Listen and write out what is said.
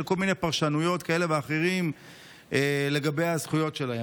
כל מיני פרשנויות כאלה ואחרות לגבי הזכויות שלהם.